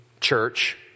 church